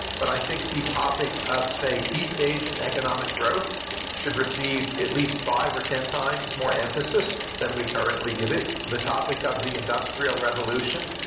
but i think the topic of, say, east asian economic growth should receive at least five or ten times more emphasis than we currently give it, the topic of the industrial revolution.